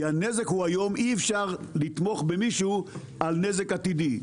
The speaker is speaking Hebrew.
כי אי אפשר לתמוך במישהו על נזק עתידי.